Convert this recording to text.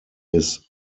his